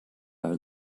are